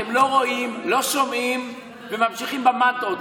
אתם לא רואים, לא שומעים וממשיכים במנטרות.